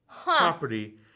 property